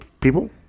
people